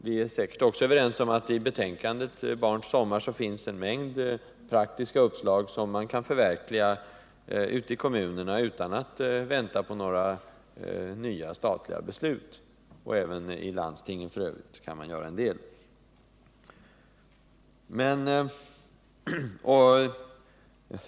Viär säkert också överens om att det i betänkandet Barns sommar finns en mängd praktiska uppslag som man ute i kommunerna kan förverkliga utan att vänta på några nya statliga beslut. Även i landstingen kan man göra en del.